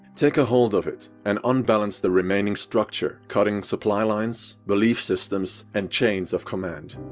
take a hold of it and unbalance the remaining structure, cutting supply lines, belief systems and chains of command.